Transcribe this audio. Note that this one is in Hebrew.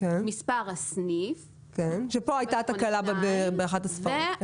מספר הסניף --- כאן הייתה התקלה באחת הספרות.